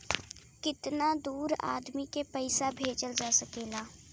कितना दूर आदमी के पैसा भेजल जा सकला?